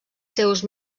seus